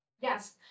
yes